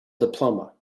diploma